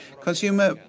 consumer